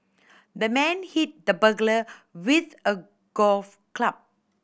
the man hit the burglar with a golf club